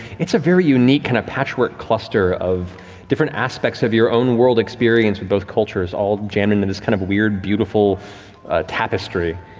it's a very unique, kind of patchwork cluster of different aspects of your own world experience with both cultures all jammed into and and this kind of weird, beautiful tapestry.